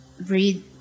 breathe